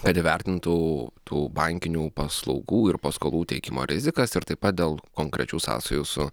kad įvertintų tų bankinių paslaugų ir paskolų teikimo rizikas ir taip pat dėl konkrečių sąsajų su